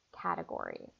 categories